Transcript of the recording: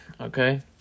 Okay